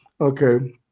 Okay